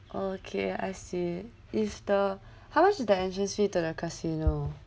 okay I see is the how much is the entrance fee to the casino